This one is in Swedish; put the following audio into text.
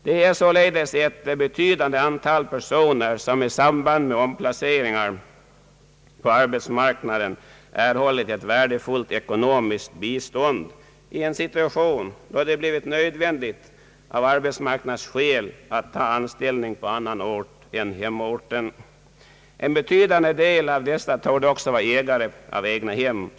Det är således ett betydande antal personer som i samband med omplaceringar på arbetsmarknaden erhållit ett värdefullt ekonomiskt bistånd i en situation då det blivit nödvändigt av arbetsmarknadsskäl att ta anställning på annan ort än hemorten. En betydande del av dessa personer torde också vara ägare till egnahem.